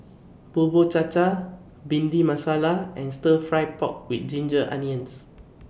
Bubur Cha Cha Bhindi Masala and Stir Fry Pork with Ginger Onions